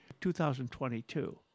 2022